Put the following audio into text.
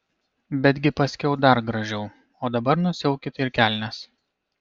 betgi paskiau dar gražiau o dabar nusiaukit ir kelnes